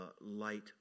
light